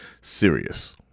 serious